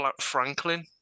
Franklin